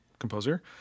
composer